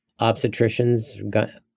obstetricians